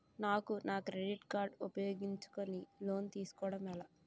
నాకు నా credit card ఉపయోగించుకుని లోన్ తిస్కోడం ఎలా?